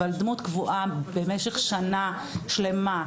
אבל דמות קבועה במשך שנה שלמה,